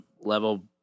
level